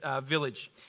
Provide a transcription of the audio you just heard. village